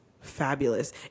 fabulous